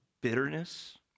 bitterness